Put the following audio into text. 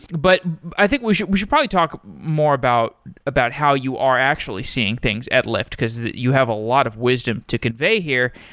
but i think we should we should probably talk more about about how you are actually seeing things at lyft, because you have a lot of wisdom to convey here.